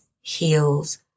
heals